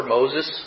Moses